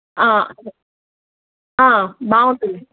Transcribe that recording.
అదే బాగుంటుంది